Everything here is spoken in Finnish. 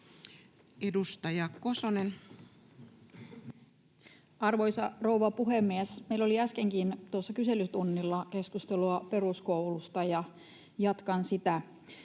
17:12 Content: Arvoisa rouva puhemies! Meillä oli äsken kyselytunnillakin keskustelua peruskoulusta, ja jatkan sitä.